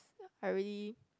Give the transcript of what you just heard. I really